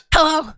Hello